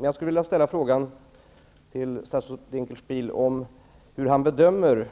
Jag skulle vilja fråga statsrådet Dinkelspiel hur han bedömer